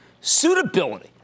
Suitability